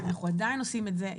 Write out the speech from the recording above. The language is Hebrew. אנחנו עדיין עושים את זה.